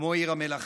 כמו עיר המלכים.